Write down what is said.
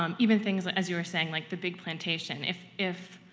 um even things, ah as you were saying, like the big plantation, if if